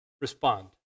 respond